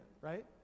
right